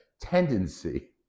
tendency